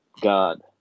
God